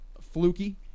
fluky